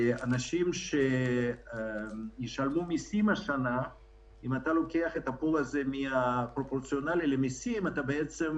ואם אתה לוקח את המאגר הזה פרופורציונלית למיסים אתה בעצם